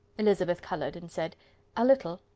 elizabeth coloured, and said a little.